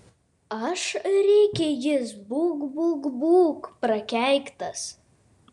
aš rėkė jis būk būk būk prakeiktas